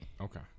Okay